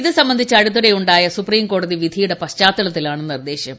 ഇതു സംബന്ധിച്ച് അടുത്തിടെ ഉണ്ടായ സുപ്രീംകോടതി വിധിയുടെ പശ്ചാത്തലത്തിലാണ് നിർദ്ദേശം